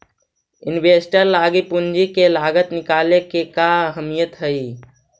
Investor लागी पूंजी के लागत निकाले के का अहमियत हई?